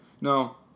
No